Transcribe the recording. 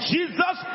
Jesus